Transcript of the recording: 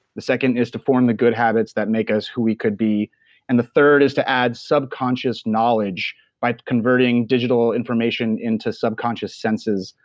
the second is to form the good habits that make us who we could be and the third is to add subconscious knowledge by converting digital information into subconscious sense,